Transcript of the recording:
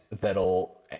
that'll